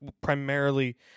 primarily